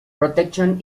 protection